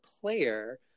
player